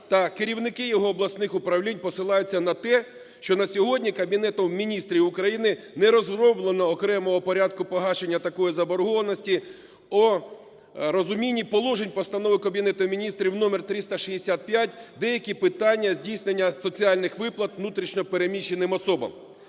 керівники його обласних управлінь посилаються на те, що на сьогодні Кабінетом Міністрів України не розроблено окремого порядку погашення такої заборгованості… розумінні положень Постанови Кабінету Міністрів № 365 "Деякі питання здійснення соціальних виплат внутрішньо переміщеним особам".